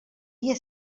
dia